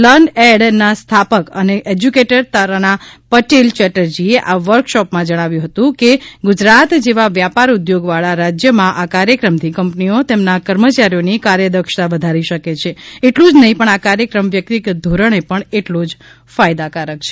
learn Ed ના સ્થાપક અને એશ્યુકેટર તરાના પટેલ ચેટર્જી એ આ વર્ક શોપ માં જણાવ્યું હતું કે ગુજરાત જેવા વ્યાપાર ઉદ્યોગ વાળા રાજ્યમાં આ કાર્યક્રમથી કંપનીઓ તેમના કર્મચારીઓની કાર્યદક્ષતા વધારી શકે છે એટલું નહિ પણ આ કાર્યક્રમ વ્યક્તિગત ધોરણે પણ એટલો જ ફાયદાકારક છે